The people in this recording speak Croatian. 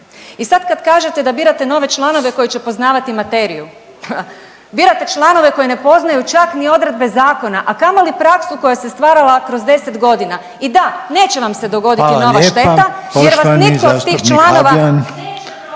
I sad kad kažete da birate nove članove koji će poznavati materiju. Birate članove koji ne poznaju čak ni odredbe zakona, a kamoli praksu koja se stvarala kroz 10 godina. I da neće vam se dogoditi nova šteta …/Upadica: Hvala lijepa./…